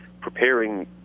preparing